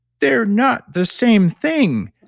they're not the same thing.